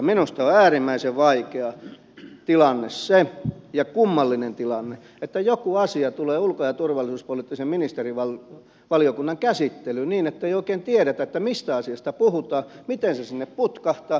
minusta on äärimmäisen vaikea tilanne ja kummallinen tilanne se että joku asia tulee ulko ja turvallisuuspoliittisen ministerivaliokunnan käsittelyyn niin ettei oikein tiedetä mistä asiasta puhutaan miten se sinne putkahtaa